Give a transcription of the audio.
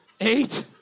eight